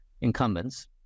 incumbents